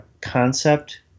concept